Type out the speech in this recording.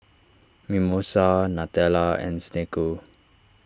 Mimosa Nutella and Snek Ku